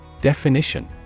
Definition